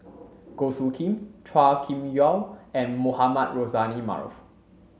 Goh Soo Khim Chua Kim Yeow and Mohamed Rozani Maarof